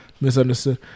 Misunderstood